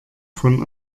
von